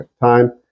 time